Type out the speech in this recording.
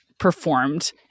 performed